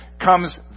comes